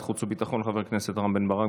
החוץ והביטחון חבר הכנסת רם בן ברק,